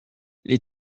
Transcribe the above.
les